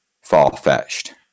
far-fetched